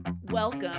Welcome